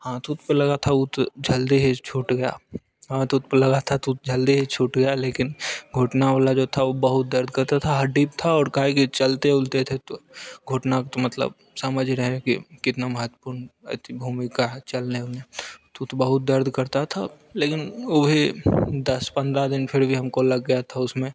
हाथ उत पर लगा था ऊत जल्दी ही छूट गया हाथ ऊत पर लगा था तू झल दे छूट गया लेकिन घटना वाला जो था वो बहुत दर्द करता था हड्डी पर था और कई चलते उलते थे तो घुटना का मतलब सामझ रहे हैं कि कितना महत्वपूर्ण भूमिका है चलने में तो वो तो बहुत दर्द करता था लेकिन उहे दस पंद्रह दिन फिर भी हमको लग गया था उसमें